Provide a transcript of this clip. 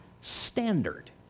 standard